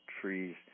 trees